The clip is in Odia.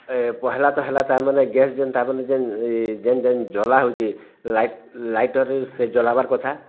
ଏ ପହେଲା ତ ହେଲା ତା ମାନେ ଗ୍ୟାସ୍ ଯେନ୍ତା ତାବଲେ ଯେନ୍ ଯେନ୍ ଯେନ୍ ଜଲା ହେଉଛି ଲାଇଟ୍ ଲାଇଟର୍ରେ ସେ ଜଲାବାର୍ କଥା